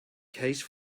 case